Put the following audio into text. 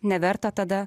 neverta tada